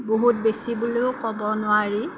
বহুত বেছি বুলিও ক'ব নোৱাৰি